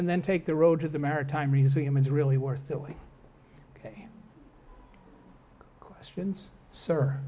and then take the road to the maritime museum is really worth doing ok questions sir